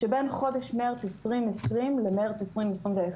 שבין חודש מרץ 2020 למרץ 2021,